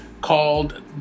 called